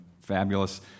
fabulous